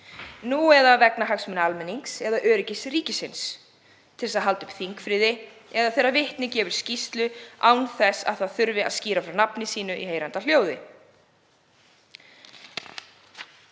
vitnis, vegna hagsmuna almennings eða öryggis ríkisins, til að halda uppi þingfriði eða þegar vitni gefur skýrslu án þess að þurfa að skýra frá nafni sínu í heyranda hljóði.